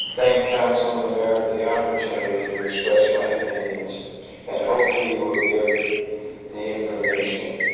thank council and the mayor for the opportunity to express my opinions and hopefully you will give the information